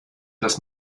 das